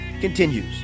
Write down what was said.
continues